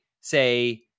say